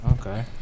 Okay